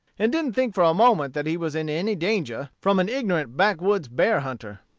and didn't think for a moment that he was in any danger from an ignorant back woods bear-hunter.